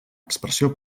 expressió